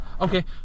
Okay